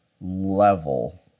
level